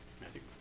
Matthew